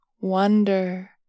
wonder